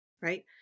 Right